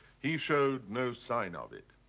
he showed no sign of it.